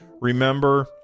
remember